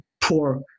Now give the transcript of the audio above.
poor